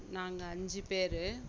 நாங்கள் அஞ்சு பேரு